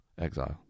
Exile